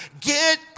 Get